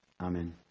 Amen